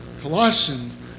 Colossians